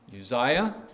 Uzziah